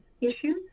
issues